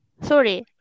Sorry